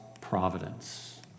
providence